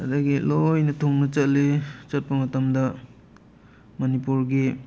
ꯑꯗꯒꯤ ꯂꯣꯏꯅ ꯊꯨꯡꯅ ꯆꯠꯂꯤ ꯆꯠꯄ ꯃꯇꯝꯗ ꯃꯅꯤꯄꯨꯔꯒꯤ